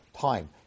time